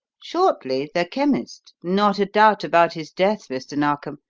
shortly, the chemist? not a doubt about his death, mr. narkom.